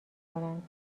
کنند